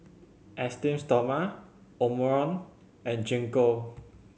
Esteem Stoma Omron and Gingko